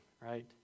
right